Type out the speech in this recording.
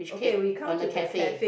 which cake on the cafe